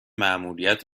مأموریت